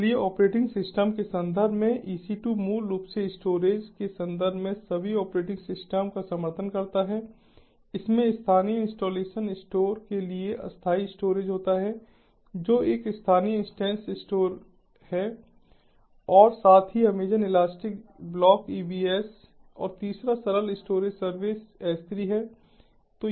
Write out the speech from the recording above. इसलिए operating system के संदर्भ मेंEC2 मूल रूप से स्टोरेज के संदर्भ में सभी ऑपरेटिंग सिस्टम का समर्थन करता है इसमें स्थानीय इंस्टॉलेशन स्टोर के लिए अस्थायी स्टोरेज होता है जो एक स्थानीय इंस्टेंस स्टोर है और साथ ही अमेज़ॅन इलास्टिक ब्लॉक ईबीएस और तीसरा सरल स्टोरेज सर्विस है